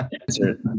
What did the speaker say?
answer